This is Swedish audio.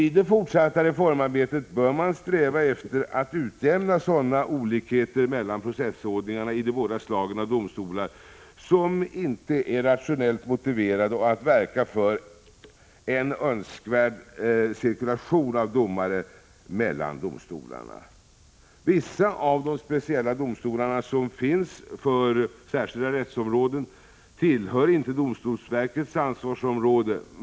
I det fortsatta reformarbetet bör man sträva efter att utjämna sådana olikheter mellan processordningarna i de båda slagen av domstolar som inte är rationellt motiverade och i övrigt verka för en önskvärd cirkulation av domare mellan domstolarna. Vissa av de speciella domstolar som finns för särskilda rättsområden tillhör inte domstolsverkets ansvarsområde.